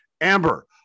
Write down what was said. Amber